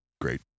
great